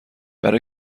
برا